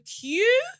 queue